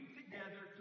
together